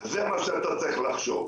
זה מה שאתה צריך לחשוב.